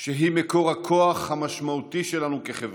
שהיא מקור הכוח המשמעותי שלנו כחברה,